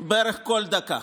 בערך כל דקה.